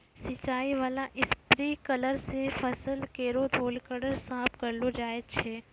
सिंचाई बाला स्प्रिंकलर सें फसल केरो धूलकण साफ करलो जाय छै